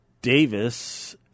Davis